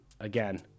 again